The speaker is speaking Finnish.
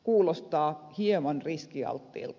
kuulostaa hieman riskialttiilta